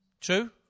True